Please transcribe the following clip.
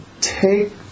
take